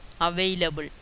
available